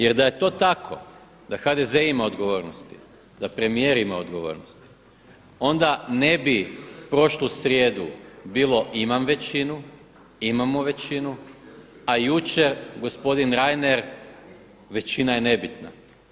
Jer da je to tako, da HDZ ima odgovornosti, da premijer ima odgovornosti, onda ne bi prošlu srijedu bilo imam većinu, imamo većinu a jučer gospodin Reiner većina je nebitna.